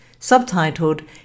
subtitled